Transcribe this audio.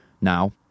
now